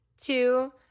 two